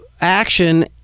action